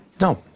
No